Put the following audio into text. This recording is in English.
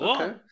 Okay